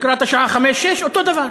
לקראת השעה 17:00, 18:00, אותו דבר.